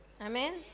Amen